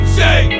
say